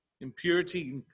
Impurity